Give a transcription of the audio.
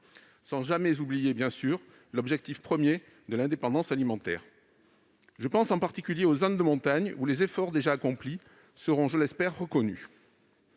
sans jamais oublier l'objectif premier d'indépendance alimentaire. Je pense en particulier aux zones de montagne, où les efforts déjà accomplis seront, je l'espère, reconnus.